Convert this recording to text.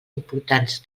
importants